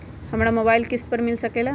हमरा मोबाइल किस्त पर मिल सकेला?